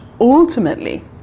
ultimately